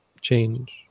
change